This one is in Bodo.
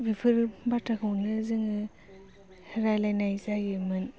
बेफोर बाथ्राखौनो जोङो रायलायनाय जायोमोन